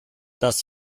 das